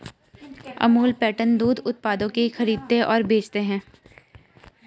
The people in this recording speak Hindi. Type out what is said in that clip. अमूल पैटर्न दूध उत्पादों की खरीदते और बेचते है